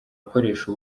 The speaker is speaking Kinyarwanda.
gukoresha